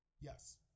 Yes